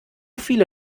viele